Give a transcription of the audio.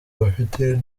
bafite